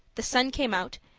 the sun came out,